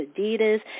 Adidas